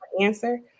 answer